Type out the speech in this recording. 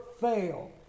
fail